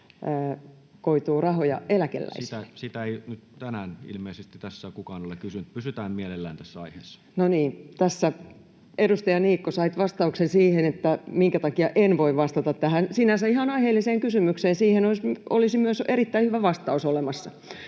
koituu rahoja eläkeläisille. [Mika Niikko: Mielellään!] No niin. — Tässä, edustaja Niikko, sait vastauksen siihen, minkä takia en voi vastata tähän sinänsä ihan aiheelliseen kysymykseen. Siihen olisi myös erittäin hyvä vastaus olemassa.